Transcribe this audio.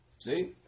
See